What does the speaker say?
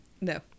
No